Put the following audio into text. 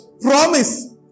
promise